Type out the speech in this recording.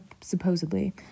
supposedly